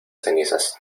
cenizas